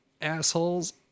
assholes